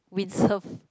windsurf